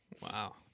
Wow